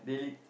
daily